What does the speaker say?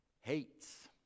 hates